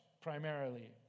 primarily